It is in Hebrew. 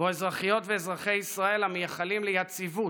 שבו אזרחיות ואזרחי ישראל, המייחלים ליציבות,